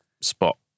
spot